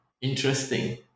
interesting